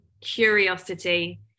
curiosity